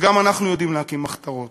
אז גם אנחנו יודעים להקים מחתרות,